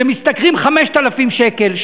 שמשתכרים 5,000 שקלים,